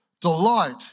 delight